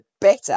better